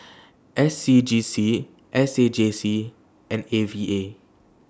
S C G C S A J C and A V A